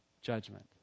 judgment